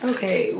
Okay